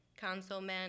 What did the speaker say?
Councilman